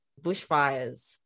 bushfires